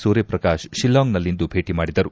ಸೂರ್ಯಪ್ರಕಾತ್ ಶಿಲ್ಲಾಂಗ್ನಲ್ಲಿಂದು ಭೇಟಿ ಮಾಡಿದರು